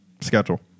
schedule